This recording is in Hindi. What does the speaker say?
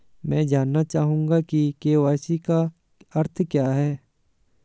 मैं जानना चाहूंगा कि के.वाई.सी का अर्थ क्या है?